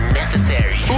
necessary